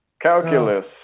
calculus